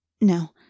No